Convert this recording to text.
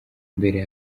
mbere